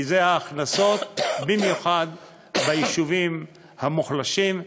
כי זה ההכנסות, במיוחד ביישובים המוחלשים,